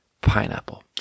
pineapple